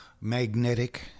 magnetic